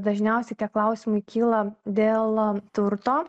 dažniausiai tie klausimai kyla dėl turto